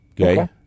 Okay